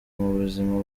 buzima